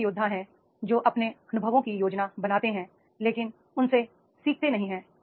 ऐसे योद्धा हैं जो अपने अनुभवों की योजना बनाते हैं लेकिन उनसे सीखते नहीं हैं